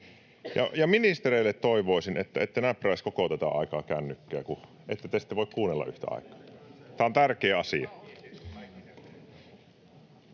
Ministerit, toivoisin, että ette näpräisi koko tätä aikaa kännykkää, kun ette te voi kuunnella yhtä aikaa. Tämä on tärkeä asia.